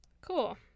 Cool